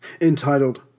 Entitled